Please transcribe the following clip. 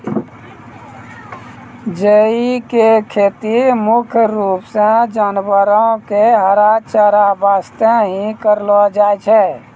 जई के खेती मुख्य रूप सॅ जानवरो के हरा चारा वास्तॅ हीं करलो जाय छै